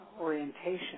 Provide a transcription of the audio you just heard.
orientation